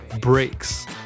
breaks